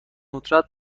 ندرت